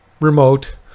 remote